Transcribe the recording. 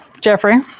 Jeffrey